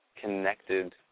connected